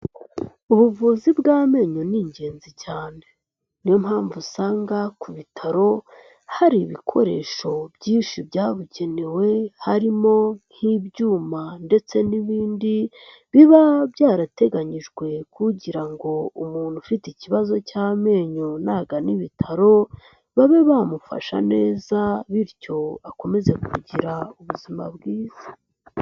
Ubuvuzi bw'amenyo ni ingenzi cyane, niyo mpamvu usanga ku bitaro hari ibikoresho byinshi byabukenewe, harimo nk'ibyuma ndetse n'ibindi biba byarateganyijwe kugira ngo umuntu ufite ikibazo cy'amenyo nagana ibitaro, babe bamufasha neza bityo akomeze kugira ubuzima bwiza.